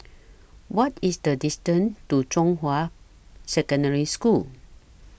What IS The distance to Zhonghua Secondary School